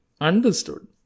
understood